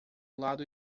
lado